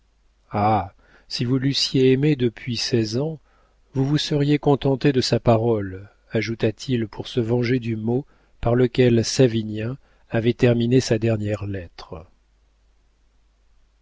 ah si vous l'eussiez aimée depuis seize ans vous vous seriez contenté de sa parole ajouta-t-il pour se venger du mot par lequel savinien avait terminé sa dernière lettre